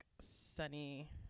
Sunny